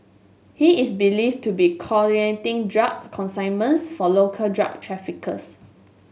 he is believed to be coordinating drug consignments for local drug traffickers